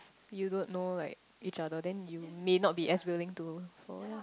you don't know like each other then you may not be as willing to so